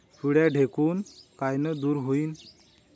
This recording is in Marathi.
पिढ्या ढेकूण कायनं दूर होईन?